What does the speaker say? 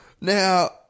Now